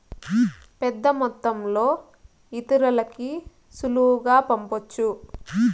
పెద్దమొత్తంలో ఇతరులకి సులువుగా పంపొచ్చు